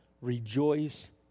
Rejoice